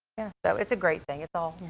so it's a great thing. it's all,